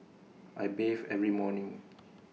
I bathe every morning